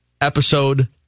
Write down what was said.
episode